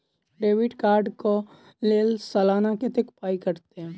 Debit card कऽ लेल सलाना कत्तेक पाई कटतै?